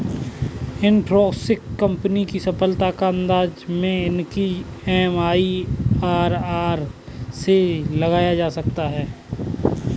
Infosys company की सफलता का अंदाजा मैं इसकी एम.आई.आर.आर से लगा सकता हूँ